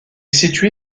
située